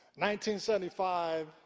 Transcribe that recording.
1975